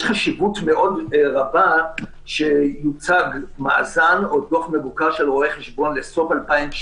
יש חשיבות רבה מאוד שיוצג מאזן או דוח מבוקר של רואה חשבון לסוף 2019,